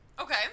okay